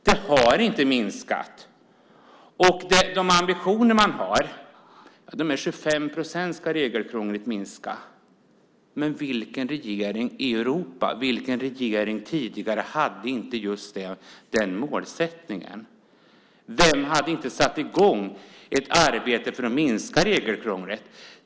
Det har inte minskat. Ambitionen är att regelkrånglet ska minska med 25 procent, men vilken regering i Europa, och vilken tidigare regering i Sverige, hade inte just den målsättningen? Vem satte i gång ett arbete för att minska regelkrånglet?